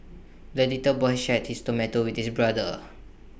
the little boy shared his tomato with his brother